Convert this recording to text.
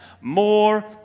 more